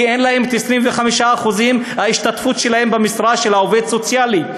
כי אין להם את 25% ההשתתפות שלהם במשרה של עובד סוציאלי.